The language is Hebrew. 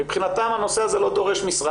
מבחינתן הנושא הזה לא דורש משרה,